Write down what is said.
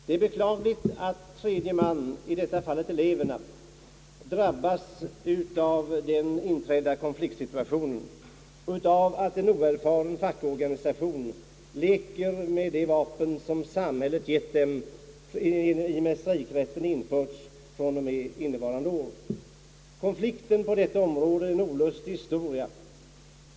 Det är beklagligt att tredje man, i detta fall eleverna, drabbas av den inträffade konfliktsituationen, av att en oerfaren fackorganisation leker med det vapen som samhället gett dem i och med att strejkrätten införts från och med innevarande år. Konflikten på detta område är en olustig historia.